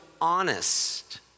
honest